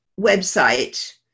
website